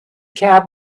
cab